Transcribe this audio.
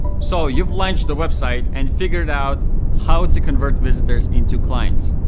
so you've launched a website and figured out how to convert visitors into clients.